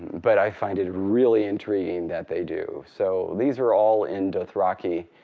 but i find it really intriguing that they do. so these are all in dothraki.